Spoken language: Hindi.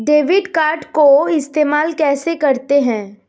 डेबिट कार्ड को इस्तेमाल कैसे करते हैं?